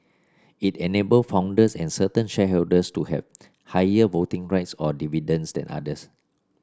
it enable founders and certain shareholders to have higher voting rights or dividends than others